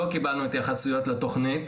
לא קיבלנו התייחסות לתכנית,